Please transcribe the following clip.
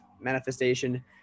manifestation